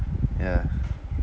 ya